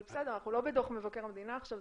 אבל אנחנו לא בדו"ח מבקר המדינה עכשיו,